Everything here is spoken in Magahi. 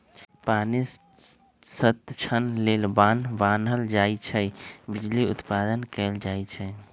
पानी संतक्षण लेल बान्ह बान्हल जाइ छइ आऽ बिजली उत्पादन कएल जाइ छइ